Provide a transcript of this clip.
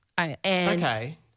Okay